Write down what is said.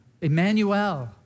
Emmanuel